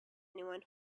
anyone